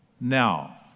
Now